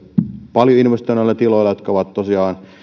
paljon investoineilla tiloilla jotka ovat tosiaan